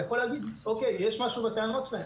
יכול להגיד אוקיי, יש משהו בטענות שלהם.